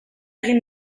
egin